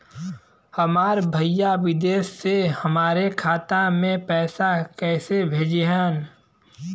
हमार भईया विदेश से हमारे खाता में पैसा कैसे भेजिह्न्न?